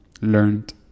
learned